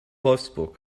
wolfsburg